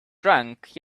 drunk